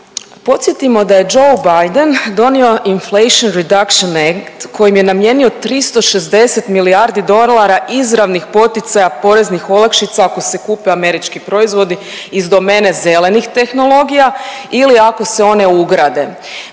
Podsjetimo da je Joe Biden donio Inflation Reduction Act kojim je namijenio 360 milijardi dolara izravnih poticaja poreznih olakšica ako se kupe američki proizvodi iz domene zelenih tehnologija ili ako se one ugrade.